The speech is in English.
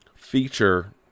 feature